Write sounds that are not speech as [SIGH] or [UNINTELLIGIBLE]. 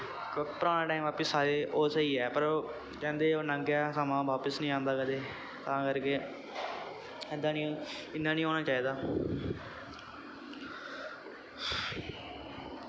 पराना टैम [UNINTELLIGIBLE] पिच्छें ओह् स्हेई ऐ पर कैंदे ओह् लंघ गेआ समां बापस नी आंदा कदें तां करके ऐदां नी इयां नी होना चाहिदा